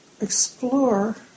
explore